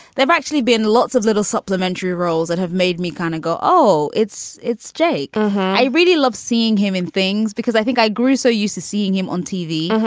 they've actually been lots of little supplementary roles that have made me kind of go, oh, it's it's jake. i really love seeing him in things because i think i grew so used to seeing him on tv.